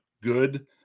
good